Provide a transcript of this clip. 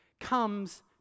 comes